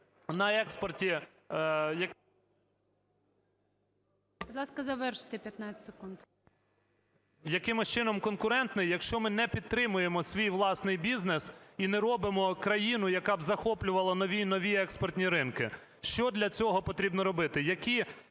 на експорті… ГОЛОВУЮЧИЙ. Будь ласка, завершити 15 секунд. КИШКАР П.М. …якимось чином конкурентний, якщо ми не підтримуємо свій власний бізнес і не робимо країну, яка б захоплювала нові і нові експортні ринки? Що для цього потрібно робити? Які